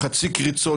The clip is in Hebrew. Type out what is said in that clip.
חצי קריצות,